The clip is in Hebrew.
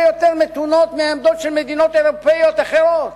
יותר מתונות מעמדות של מדינות אירופיות אחרות.